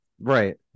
Right